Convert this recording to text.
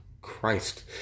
Christ